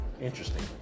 interesting